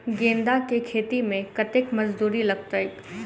गेंदा केँ खेती मे कतेक मजदूरी लगतैक?